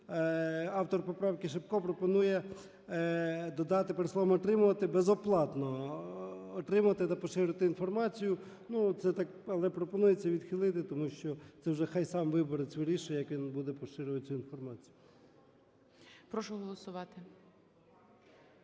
автор поправки Шипко пропонує додати перед словом "отримувати" "безоплатно". Отримувати та поширювати інформацію. Але пропонується відхилити, тому що це вже хай сам виборець вирішує, як він буде поширювати цю інформацію.